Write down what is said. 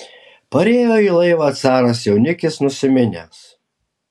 parėjo į laivą caras jaunikis nusiminęs